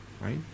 Right